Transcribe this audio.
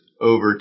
over